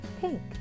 pink